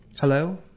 Hello